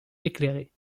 éclairée